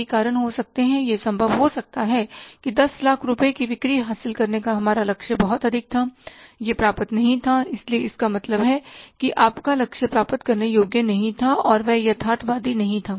कई कारण हो सकते हैं यह संभव हो सकता है कि दस लाख रुपये की बिक्री हासिल करने का हमारा लक्ष्य बहुत अधिक था यह प्राप्त नहीं था इसलिए इसका मतलब है कि आपका लक्ष्य प्राप्त करने योग्य नहीं था और यह यथार्थवादी नहीं था